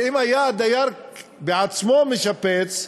כשאם היה הדייר בעצמו משפץ,